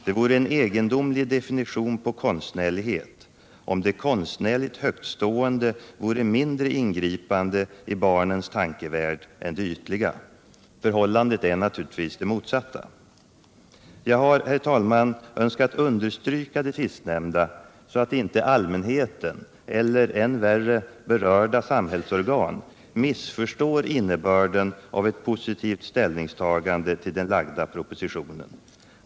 Det vore en egendomlig definition på konstnärlighet, om det konstnärligt högtstående vore mindre ingripande i barnens tankevärld än det ytliga. Förhållandet är naturligtvis det motsatta. Jag har, herr talman, önskat understryka det sistnämnda så att inte allmänhet eller — än värre — berörda samhällsorgan missförstår innebörden av ett positivt ställningstagande till den lagda propositionen.